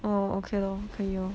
oh okay lor 可以哦